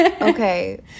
Okay